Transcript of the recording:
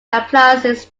appliances